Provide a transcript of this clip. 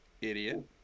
idiot